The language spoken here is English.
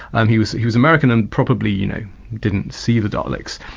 and he's he's american and probably you know didn't see the daleks.